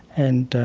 and